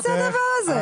מה זה הדבר הזה?